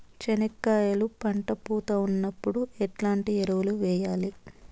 చెనక్కాయలు పంట పూత ఉన్నప్పుడు ఎట్లాంటి ఎరువులు వేయలి?